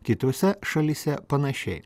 kitose šalyse panašiai